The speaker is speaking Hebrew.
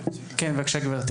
בבקשה.